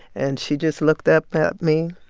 and she just looked up at me,